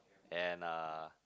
and a